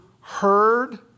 heard